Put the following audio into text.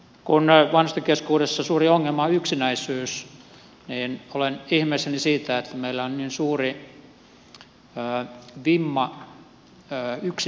kun vanhusten keskuudessa suuri ongelma on yksinäisyys niin olen ihmeissäni siitä että meillä on niin suuri vimma yksin asumiseen vanhustenhoidossa